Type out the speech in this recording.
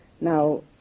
Now